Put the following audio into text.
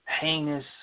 heinous